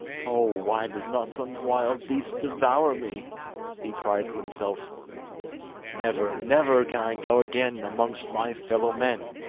oh, why does not some wild beast devour me he cried to himself never, never, can i go again amongst my fellow-men!